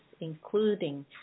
including